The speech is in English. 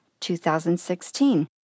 2016